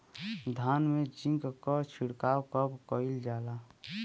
धान में जिंक क छिड़काव कब कइल जाला?